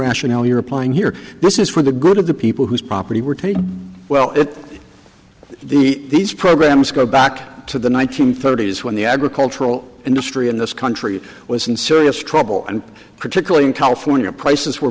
rationale you're applying here this is for the good of the people whose property were taken well it the these programs go back to the one nine hundred thirty s when the agricultural industry in this country was in serious trouble and particularly in california prices were